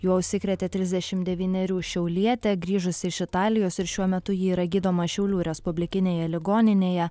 juo užsikrėtė trisdešimt devynerių šiaulietė grįžusi iš italijos ir šiuo metu ji yra gydoma šiaulių respublikinėje ligoninėje